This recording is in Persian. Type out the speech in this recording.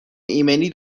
ایمنی